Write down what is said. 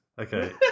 Okay